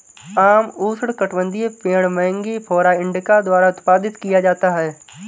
आम उष्णकटिबंधीय पेड़ मैंगिफेरा इंडिका द्वारा उत्पादित किया जाता है